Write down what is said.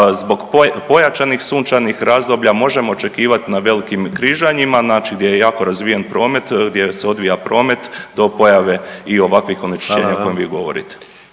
zbog pojačanih sunčanih razdoblja možemo očekivat na velikim križanjima gdje je jako razvijen promet, gdje se odvija promet do pojave i ovakvih onečišćenja …/Upadica